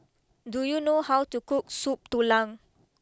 do you know how to cook Soup Tulang